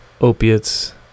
opiates